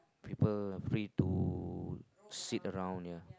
people free to sit around ya